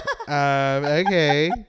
Okay